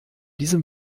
diesem